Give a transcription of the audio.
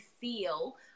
feel